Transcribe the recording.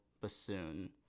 bassoon